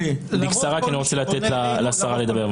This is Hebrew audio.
בקצרה כי אני רוצה לתת לשרה לדבר.